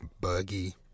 Buggy